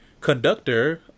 conductor